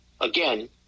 again